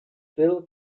still